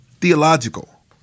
theological